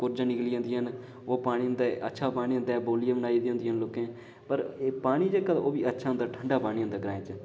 कोरज़ा निकली जंदियां न ओह् पानी होंदा ऐ अच्छा पानी होंदा ऐ बौलियां बनाई दियां होंदियां न लोकें पर पानी जेह्का ओह्बी अच्छा होंदा ऐ ठंडा पानी होंदा ऐ ग्रां च